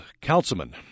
councilman